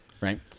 right